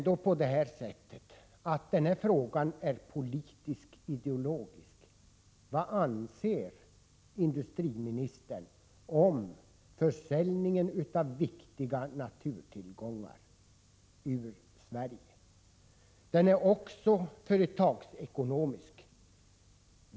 Den här frågan är ändå politisk-ideologisk. Vad anser industriministern om försäljningen av viktiga naturtillgångar ur Sverige? Frågan är också företagsekonomisk.